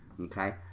okay